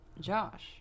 Josh